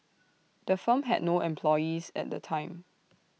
the firm had no employees at the time